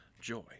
joy